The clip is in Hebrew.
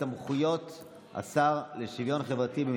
התשפ"ג 2022,